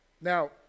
Now